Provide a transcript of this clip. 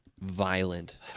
violent